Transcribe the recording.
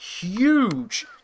huge